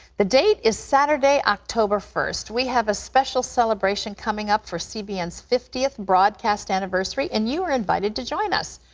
the day is saturday, october first. we have a special celebration coming up for cbn's fiftieth broadcast anniversary, and you are in invited to join us.